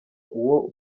uwo